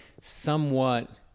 somewhat